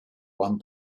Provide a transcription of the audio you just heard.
one